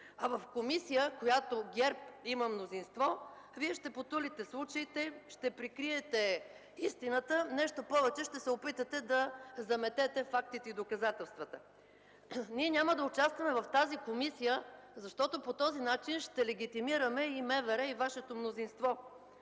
А в комисия, в която ГЕРБ има мнозинство, Вие ще потулите случаите, ще прикриете истината. Нещо повече, ще се опитате да заметете фактите и доказателствата. Ние няма да участваме в тази комисия, защото по този начин ще легитимираме и МВР, и Вашето мнозинство,